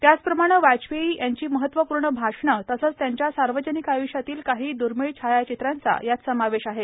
त्याचप्रमाणे वाजपेयी यांची महत्वपूर्ण भाषणं तसंच त्यांच्या सार्वजनिक आयुष्यातील काही दुर्मिळ छायाचित्रांचा समावेश आहे